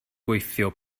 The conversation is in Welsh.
gweithio